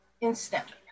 instantly